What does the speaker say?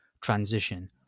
transition